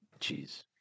Jeez